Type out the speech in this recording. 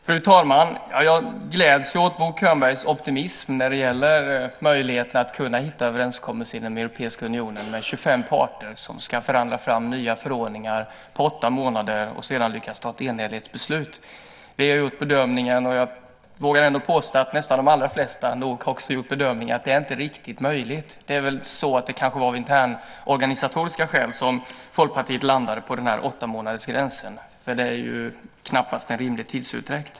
Fru talman! Jag gläds åt Bo Könbergs optimism inför möjligheterna att hitta en överenskommelse inom Europeiska unionen där 25 parter ska förhandla fram nya förordningar på åtta månader och sedan fatta ett enhälligt beslut. Vi - och jag vågar påstå de allra flesta - har gjort bedömningen att detta inte är möjligt. Det kanske var av internorganisatoriska skäl som Folkpartiet landade på åttamånadersgränsen. Men det är ju knappast en rimlig tidsutdräkt.